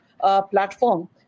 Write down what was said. platform